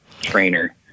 trainer